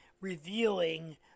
revealing